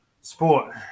Sport